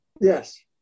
Yes